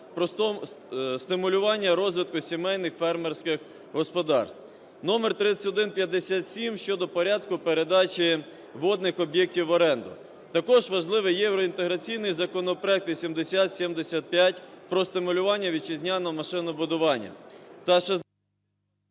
про стимулювання розвитку сімейних фермерських господарств, номер 3157 – щодо порядку передачі водних об'єктів в оренду. Також важливий євроінтеграційний законопроект 8075 про стимулювання вітчизняного машинобудування